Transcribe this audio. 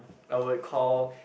I would call